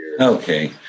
Okay